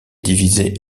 divisé